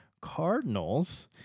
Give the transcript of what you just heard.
Cardinals